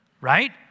Right